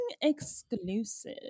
exclusive